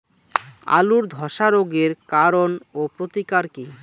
আলুর ধসা রোগের কারণ ও প্রতিকার কি?